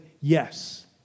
Yes